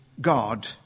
God